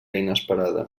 inesperada